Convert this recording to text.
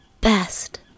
best